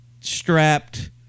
strapped